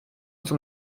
zum